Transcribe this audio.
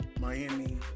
Miami